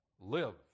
Live